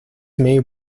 may